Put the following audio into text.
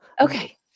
okay